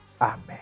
Amen